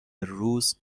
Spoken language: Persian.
روز